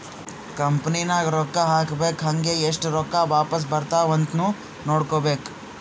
company ನಾಗ್ ರೊಕ್ಕಾ ಹಾಕ್ಬೇಕ್ ಹಂಗೇ ಎಸ್ಟ್ ರೊಕ್ಕಾ ವಾಪಾಸ್ ಬರ್ತಾವ್ ಅಂತ್ನು ನೋಡ್ಕೋಬೇಕ್